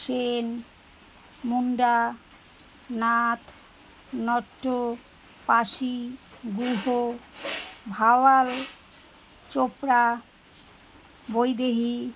Sen Munda Nath Natta Pasi Guha Bhawal Chopra Vaidehi